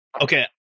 Okay